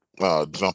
jump